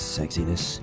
sexiness